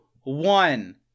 one